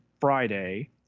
Friday